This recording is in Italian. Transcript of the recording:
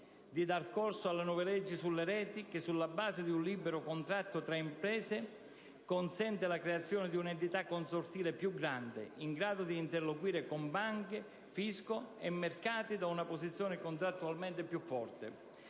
dare corso alle nuove leggi sulle reti, che sulla base di un libero contratto tra imprese consente la creazione di una entità consortile più grande, in grado di interloquire con banche, fisco e mercati da una posizione contrattualmente più forte.